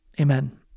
Amen